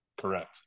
Correct